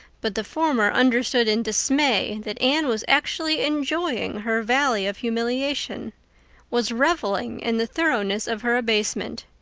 but the former under-stood in dismay that anne was actually enjoying her valley of humiliation was reveling in the thoroughness of her abasement.